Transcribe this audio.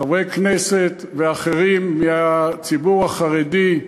חברי כנסת ואחרים מהציבור החרדי.